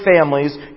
families